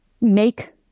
make